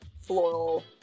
floral